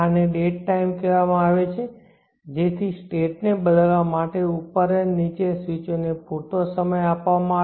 આને dead time કહેવામાં આવે છે જેથી સ્ટેટ ને બદલવા માટે ઉપર અને નીચે સ્વીચોને પૂરતો સમય આપવામાં આવે